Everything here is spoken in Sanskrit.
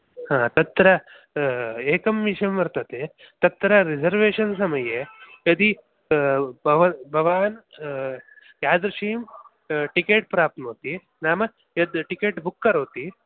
हा तत्र एकं विषयं वर्तते तत्र रिसर्वेशन् समये यदि बव भवान् यादृशीं टिकेट् प्राप्नोति नाम यत् टिकेट् बुक् करोति